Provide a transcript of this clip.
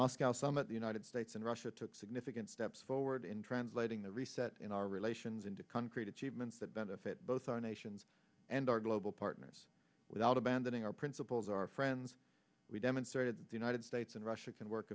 summit the united states and russia took significant steps forward in translating the reset in our relations into concrete achievements that benefit both our nations and our global partners without abandoning our principles our friends we demonstrated the united states and russia can work